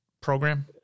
program